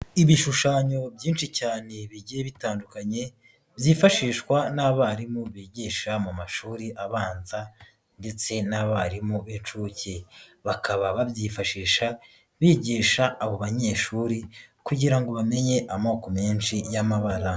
Ibishushanyo byinshi cyane bigiye bitandukanye, byifashishwa n'abarimu bigisha mu mashuri abanza ndetse n'abarimu b'inshuke, bakaba babyifashisha bigisha abo banyeshuri kugira ngo bamenye amoko menshi y'amabara.